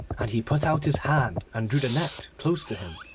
and he put out his hand and drew the net close to him,